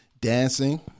dancing